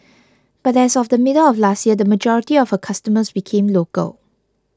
but as of the middle of last year the majority of her customers became local